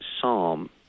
psalm